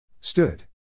Stood